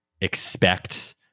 expect